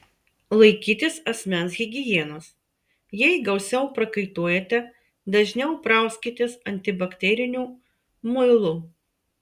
laikytis asmens higienos jei gausiau prakaituojate dažniau prauskitės antibakteriniu muilu